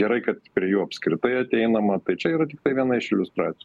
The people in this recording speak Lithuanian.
gerai kad prie jų apskritai ateinama tai čia ir tai viena iš iliustracijų